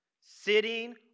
sitting